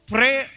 Pray